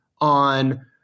on